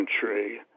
country